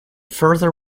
further